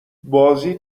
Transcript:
بازی